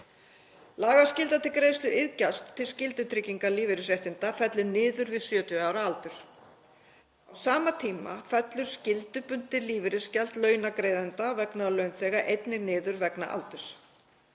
Lagaskylda til greiðslu iðgjalds til skyldutrygginga lífeyrisréttinda fellur niður við 70 ára aldur. Á sama tíma fellur skyldubundið lífeyrisgjald launagreiðanda vegna launþega einnig niður vegna aldurs.